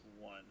one